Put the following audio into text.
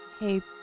Hey